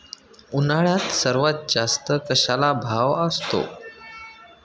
उन्हाळ्यात सर्वात जास्त कशाला भाव असतो?